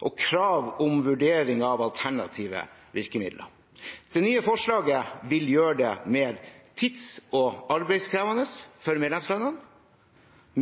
og krav om vurdering av alternative virkemidler. Det nye forslaget vil gjøre det mer tids- og arbeidskrevende for medlemslandene